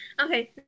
Okay